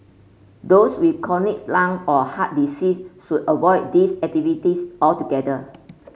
those with chronic lung or heart disease should avoid these activities altogether